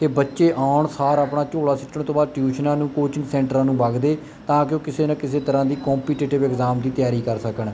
ਕਿ ਬੱਚੇ ਆਉਣ ਸਾਰ ਆਪਣਾ ਝੋਲਾ ਸਿੱਟਣ ਤੋਂ ਬਾਅਦ ਟਿਊਸ਼ਨਾਂ ਨੂੰ ਕੋਚਿੰਗ ਸੈਂਟਰਾਂ ਨੂੰ ਵੱਗਦੇ ਤਾਂ ਕਿ ਉਹ ਕਿਸੇ ਨਾ ਕਿਸੇ ਤਰ੍ਹਾਂ ਦੀ ਕੋਪੀਟੇਟਿਵ ਇਗਜ਼ਾਮ ਦੀ ਤਿਆਰੀ ਕਰ ਸਕਣ